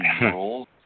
rules